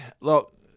look